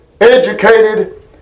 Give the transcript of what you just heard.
educated